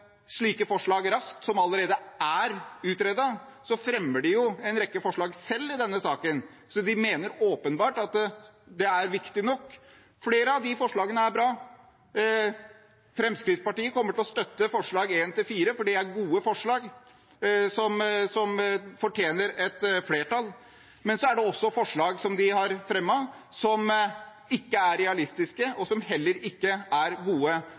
slike forslag raskt, forslag som allerede er utredet, og de fremmer jo en rekke forslag selv i denne saken, så de mener åpenbart at det er viktig nok. Flere av de forslagene er bra. Fremskrittspartiet kommer til å støtte forslagene nr.1–4, fordi det er gode forslag som fortjener et flertall. Men de har også fremmet forslag som ikke er realistiske, og som heller ikke er gode. De resterende forslagene kommer vi til å stemme imot, fordi det ikke er gode